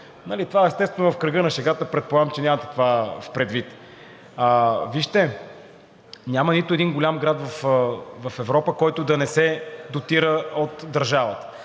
Това, естествено, в кръга на шегата. Предполагам, че нямате това предвид. Вижте, няма нито един голям град в Европа, който да не се дотира от държавата.